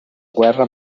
guerra